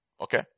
Okay